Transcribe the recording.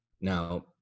Now